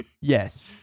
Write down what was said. Yes